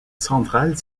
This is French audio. centrale